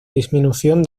disminución